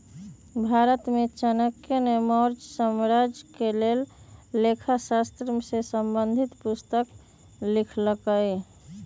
भारत में चाणक्य ने मौर्ज साम्राज्य के लेल लेखा शास्त्र से संबंधित पुस्तक लिखलखिन्ह